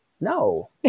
No